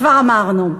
כבר אמרנו.